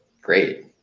great